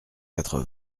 quatre